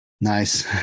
Nice